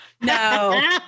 No